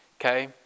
Okay